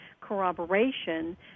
corroboration